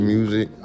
Music